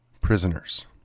prisoners